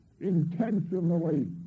intentionally